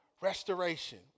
restoration